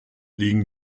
liegen